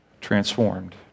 transformed